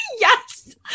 Yes